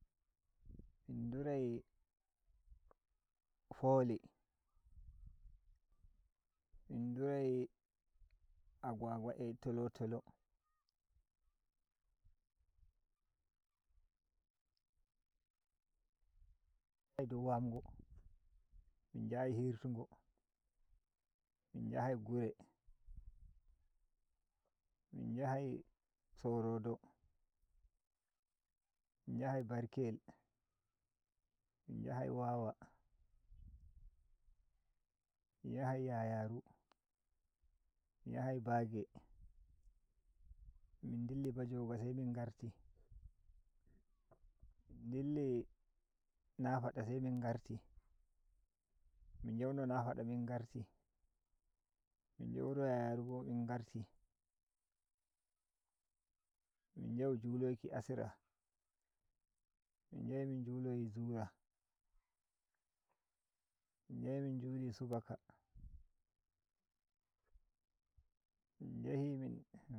Min nɗurai foli mon nɗurai agwagwa a tolo tolo min ndurai dow wango min njahi hirtu ngo min njahai gure min njahai sorodo min njahai barkeyel min njahai wawa min njahai yayaru mi yahai bage min dilli Bajoga se min ngarti min dilli Nafada se min ngarti min janno Nafada min ngarti min jauno yayaru bo min ngarti min jau juloiki asira min jahi min juloyi zura min jahi min juli subaka min jahi.